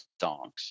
songs